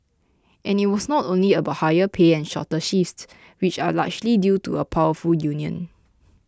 and it was not only about higher pay and shorter shifts which are largely due to a powerful union